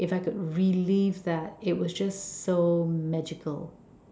if I could relive that it was just so magical